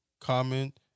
comment